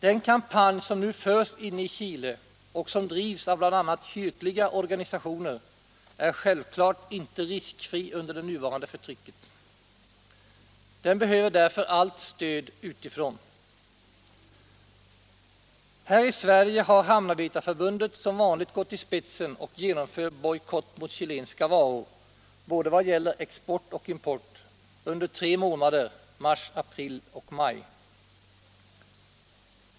Den kampanj som nu förs inne i Chile och som bedrivs av bl.a. kyrkliga organisationer är självklart inte riskfri under det nuvarande förtrycket. Den behöver därför allt stöd utifrån. Här i Sverige har Hamnarbetarförbundet som vanligt gått i spetsen och genom mot Chile mot Chile för bojkott mot chilenska varor i vad gäller både export och import, under de tre månaderna mars, april och maj.